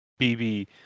BB